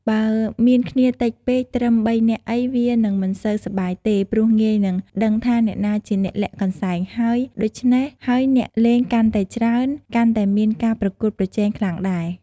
បើមានគ្នាតិចពេកត្រឹម៣ នាក់អី វានឹងមិនសូវសប្បាយទេ ព្រោះងាយនឹងដឹងថាអ្នកណាជាអ្នកលាក់កន្សែងហើយ ដូច្នេះហើយអ្នកលេងកាន់តែច្រើន កាន់តែមានការប្រកួតប្រជែងខ្លាំងដែរ។